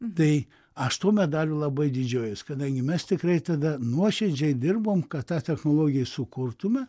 tai aš tuo medaliu labai didžiuojuos kadangi mes tikrai tada nuoširdžiai dirbom kad tą technologiją sukurtume